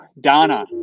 Donna